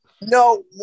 No